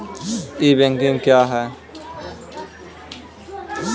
ई banking क्या हैं?